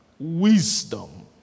Wisdom